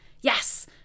yes